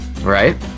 Right